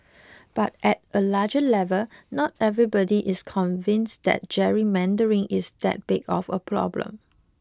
but at a larger level not everybody is convinced that gerrymandering is that big of a problem